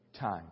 time